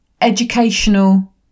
educational